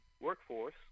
workforce